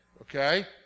Okay